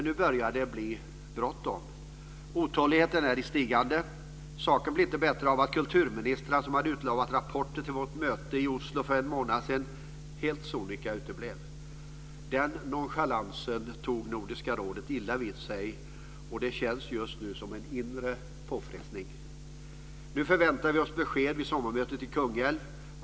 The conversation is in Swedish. Nu börjar det bli bråttom. Otåligheten är i stigande. Saken blir inte bättre av att kulturministrarna som hade lovar rapporter till vårt möte i Oslo för en månad sedan helt sonika uteblev. Den nonchalansen tog Nordiska rådet illa vid sig av, och det känns just nu som en inre påfrestning. Nu förväntar vi oss besked vid sommarmötet i Kungälv.